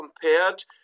compared